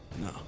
no